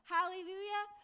Hallelujah